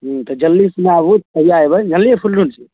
हुँ तऽ जल्दीसने आबू कहिआ अएबै जानलिए